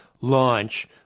launch